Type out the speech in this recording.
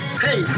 Hey